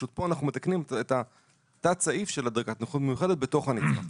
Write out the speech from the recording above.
פשוט פה אנחנו מתקנים את תת הסעיף של דרגת הנכות המיוחדת בתוך הנצרך.